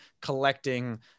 collecting